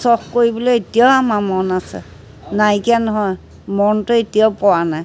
চখ কৰিবলৈ এতিয়াও আমাৰ মন আছে নাইকিয়া নহয় মনটো এতিয়াও পৰা নাই